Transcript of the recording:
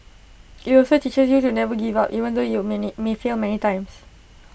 IT also teaches you to never give up even though you many may fail many times